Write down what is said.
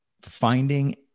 finding